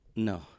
No